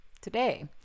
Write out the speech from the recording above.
today